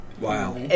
Wow